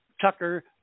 Tucker